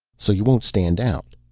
so you won't stand out,